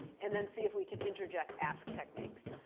and then see if we can interject asc techniques.